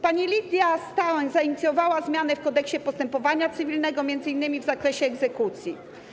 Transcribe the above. Pani Lidia Staroń zainicjowała zmiany w Kodeksie postępowania cywilnego m.in. w zakresie egzekucji.